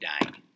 dying